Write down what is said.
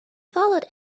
followed